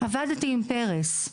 עבדתי עם פרס,